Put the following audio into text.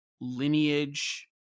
lineage